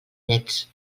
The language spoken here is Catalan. nets